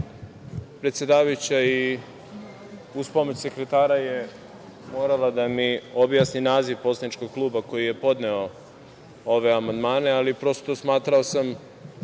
predsedavajuća i uz pomoć sekretara je morala da mi objasni naziv poslaničkog kluba koji je podneo ove amandmane, ali prosto smatrao sam